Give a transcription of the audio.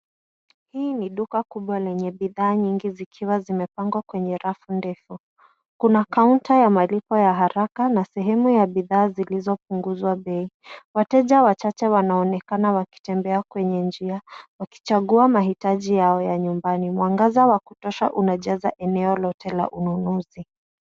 Hii ni duka kubwa lenye bidhaa nyingi zikiwa zimepangwa kwenye rafu ndefu. Kuna counter ya malipo ya haraka na sehemu ya bidhaa zilizopunguzwa bei. Wateja wachache wanaonekana wakitembea kwenye njia wakichagua mahitaji yao ya nyumbani. Mwangaza wa kutosha unajaza eneo lote la ununuzi.